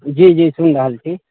जी जी सुनि रहल छी